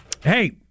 Hey